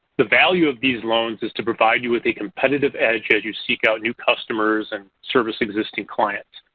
the value of these loans is to provide you with a competitive edge as you seek out new customers and service existing clients.